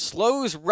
Slows